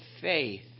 faith